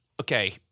okay